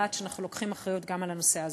לדעת שאנחנו לוקחים אחריות גם על הנושא הזה.